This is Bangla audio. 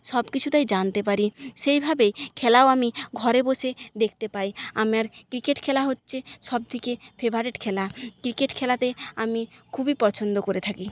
সব কিছুটাই জানতে পারি সেইভাবেই খেলাও আমি ঘরে বসে দেখতে পাই আমার ক্রিকেট খেলা হচ্ছে সবথেকে ফেভারেট খেলা ক্রিকেট খেলাতে আমি খুবই পছন্দ করে থাকি